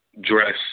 dress